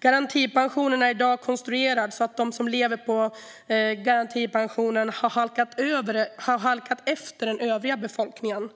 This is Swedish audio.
Garantipensionen är i dag konstruerad så att de som lever på den har halkat efter den övriga befolkningen.